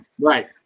Right